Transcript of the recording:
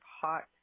hot